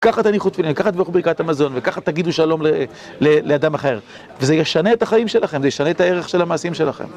ככה תניחו תפילין, ככה תברכו ברכת המזון, וככה תגידו שלום לאדם אחר. וזה ישנה את החיים שלכם, זה ישנה את הערך של המעשים שלכם.